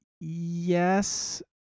yes